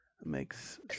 makes